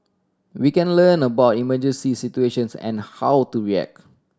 we can learn about emergency situations and how to react